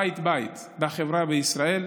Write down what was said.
בית-בית בחברה בישראל,